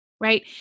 right